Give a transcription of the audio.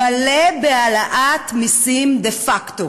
מלא בהעלאת מסים דה-פקטו.